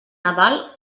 nadal